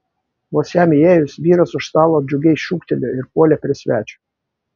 vos jam įėjus vyras už stalo džiugiai šūktelėjo ir puolė prie svečio